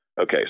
Okay